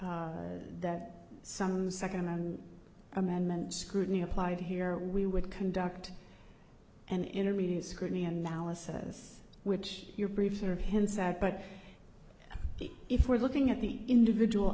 that some second amendment scrutiny applied here we would conduct an intermediate scrutiny analysis which your briefs are hansack but if we're looking at the individual